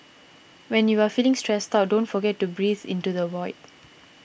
when you are feeling stressed out don't forget to breathe into the void